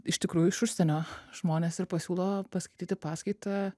iš tikrųjų iš užsienio žmonės ir pasiūlo paskaityti paskaitą